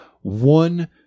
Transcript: one